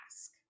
ask